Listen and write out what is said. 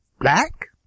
black